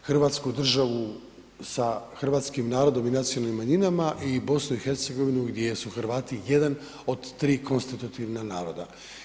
Hrvatsku državu sa hrvatskim narodom i nacionalnim manjinama i BiH gdje su Hrvati jedan od tri konstitutivna naroda.